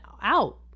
out